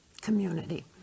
community